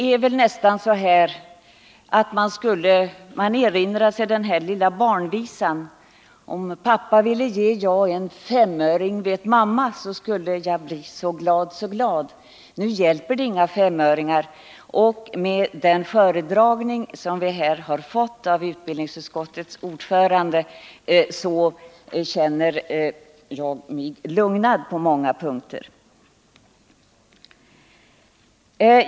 Man tänker på den lilla barnvisan, som börjar så här: Om pappa ville ge jag en femöring, vet mamma, så skulle jag bli så glad, så glad. Men nu hjälper det inte med några femöringar. Efter utskottsordförandens föredragning känner jag mig emellertid lugnad på många punkter.